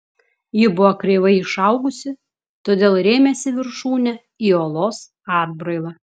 ji buvo kreivai išaugusi todėl rėmėsi viršūne į uolos atbrailą